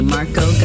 Marco